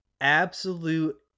absolute